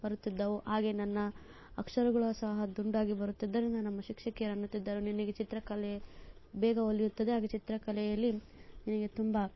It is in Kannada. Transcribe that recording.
ಬರುತ್ತಿದ್ದವು ಹಾಗೆ ನನ್ನ ಅಕ್ಷರಗಳು ಸಹ ದುಂಡಾಗಿ ಬರುತ್ತಿದ್ದರಿಂದ ನಮ್ಮ ಶಿಕ್ಷಕಿಯರು ಅನ್ನುತ್ತಿದ್ದರು ನಿನಗೆ ಚಿತ್ರಕಲೆ ಬೇಗ ಒಲಿಯುತ್ತದೆ ಹಾಗೆ ಚಿತ್ರಕಲೆಯಲ್ಲಿ ನಿನಗೆ ತುಂಬ